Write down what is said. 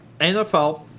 NFL